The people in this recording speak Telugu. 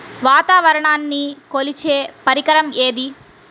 వాతావరణాన్ని కొలిచే పరికరం ఏది?